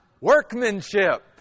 Workmanship